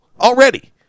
Already